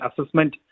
assessment